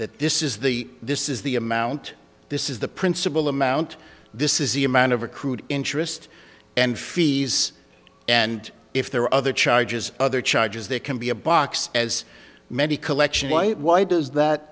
that this is the this is the amount this is the principal amount this is the amount of accrued interest and fees and if there are other charges other charges there can be a box as many collection white why does that